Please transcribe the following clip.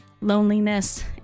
loneliness